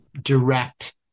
direct